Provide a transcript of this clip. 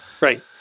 Right